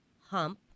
hump